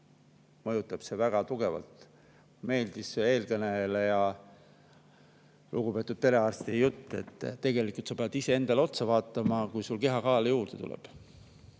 mõjutab see väga tugevalt. Meeldis eelkõneleja, lugupeetud perearsti jutt, et tegelikult sa pead iseendale otsa vaatama, kui sul kehakaalu juurde tuleb.